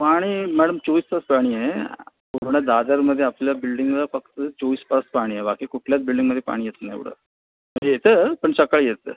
पाणी मॅडम चोवीस तास पाणी आहे पूर्ण दादरमध्ये आपल्या बिल्डींगला फक्त चोवीस तास पाणी आहे बाकी कुठल्याच बिल्डींगमध्ये पाणी येत नाही एवढं म्हणजे येतं पण सकाळी येतं